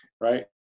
right